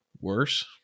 worse